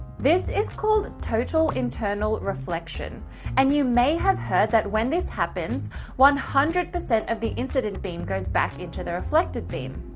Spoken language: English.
this is called total internal reflection and you may have heard that when this happens one hundred percent of the incident beam goes back into the reflected beam,